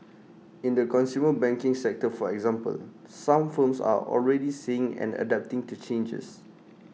in the consumer banking sector for example some firms are already seeing and adapting to changes